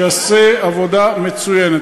שהוא עושה עבודה מצוינת.